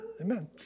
Amen